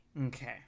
Okay